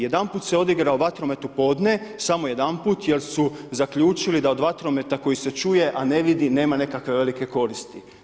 Jedanput se odigrao vatromet u podne, samo jedanput jer su zaključili da od vatrometa koji se čuje, a ne vidi, nema nekakve velike koristi.